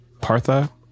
Partha